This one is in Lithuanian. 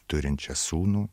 turinčią sūnų